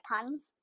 puns